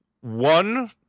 one